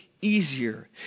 easier